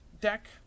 deck